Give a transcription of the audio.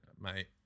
Mate